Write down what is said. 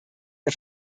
der